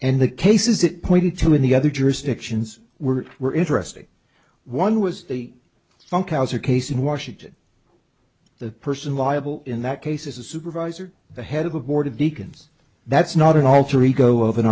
and the cases it pointed to in the other jurisdictions were were interesting one was from cows a case in washington the person liable in that case is a supervisor the head of a board of deacons that's not an alter ego of an